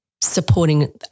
supporting